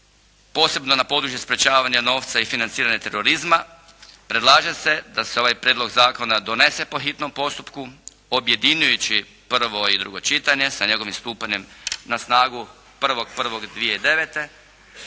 posebno na područje sprječavanja novca i financiranje terorizma predlaže se da se ovaj prijedlog zakona donese po hitnom postupku objedinjujući prvo i drugo čitanje sa njegovim stupanjem na snagu 1.1.2009.,